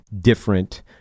different